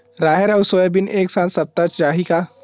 राहेर अउ सोयाबीन एक साथ सप्ता चाही का?